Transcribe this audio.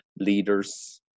Leaders